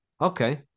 okay